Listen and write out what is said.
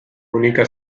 única